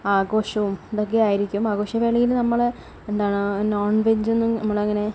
ആഘോഷവും ഇതൊക്കെയായിരിക്കും ആഘോഷവേളയിൽ നമ്മൾ എന്താണ് നോൺവെജൊന്നും നമ്മളങ്ങനെ